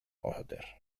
أحضر